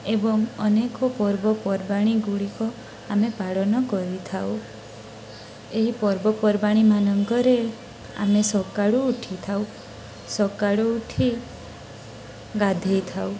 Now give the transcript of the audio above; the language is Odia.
ଏବଂ ଅନେକ ପର୍ବପର୍ବାଣଣି ଗୁଡ଼ିକ ଆମେ ପାଳନ କରିଥାଉ ଏହି ପର୍ବପର୍ବାଣୀ ମାନଙ୍କରେ ଆମେ ସକାଳୁ ଉଠିଥାଉ ସକାଳୁ ଉଠି ଗାଧେଇଥାଉ